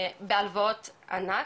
בהלוואות ענק,